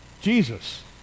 Jesus